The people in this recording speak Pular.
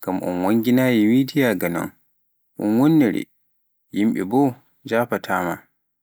ngam un wannga noyayi media na ga noon, un woonnere, yimɓe boo njaafotaa maa.